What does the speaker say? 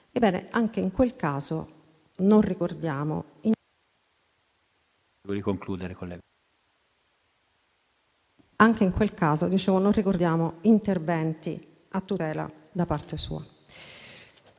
anche in quel caso non ricordiamo interventi a tutela da parte sua.